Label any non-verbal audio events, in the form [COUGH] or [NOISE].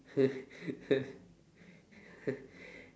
[LAUGHS]